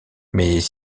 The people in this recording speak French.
mais